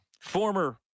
former